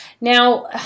Now